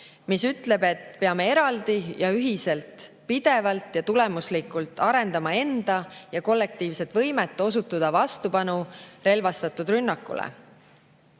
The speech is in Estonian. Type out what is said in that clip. mis ütleb, et peame eraldi ja ühiselt, pidevalt ja tulemuslikult arendama enda ja kollektiivset võimet osutada vastupanu relvastatud rünnakule.